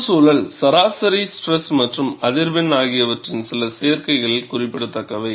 சுற்றுச்சூழல் சராசரி ஸ்ட்ரெஸ் மற்றும் அதிர்வென் ஆகியவற்றின் சில சேர்க்கைகள் குறிப்பிடத்தக்கவை